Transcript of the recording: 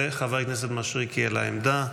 וחבר הכנסת מישרקי, לעמדה.